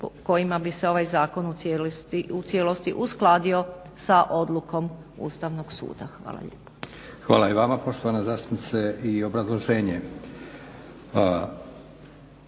kojima bi se ovaj zakon u cijelosti uskladio sa Odlukom Ustavnog suda. Hvala lijepa. **Leko, Josip (SDP)** Hvala i vama poštovana zastupnice. I obrazloženje,